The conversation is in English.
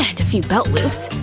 and a few belt loops,